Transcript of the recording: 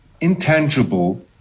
intangible